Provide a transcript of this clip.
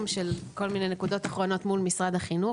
של כל מיני נקודות אחרונות מול משרד החינוך,